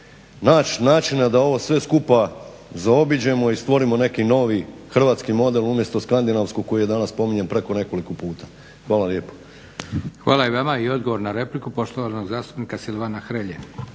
načina da ovo sve skupa zaobiđemo i stvorimo neki novi hrvatski model umjesto skandinavskog koji je danas spominjan preko nekoliko puta. Hvala vam lijepo. **Leko, Josip (SDP)** Hvala i vama. I odgovor na repliku poštovanog zastupnika Silvana Hrelje.